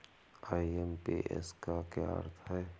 IMPS का क्या अर्थ है?